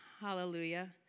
Hallelujah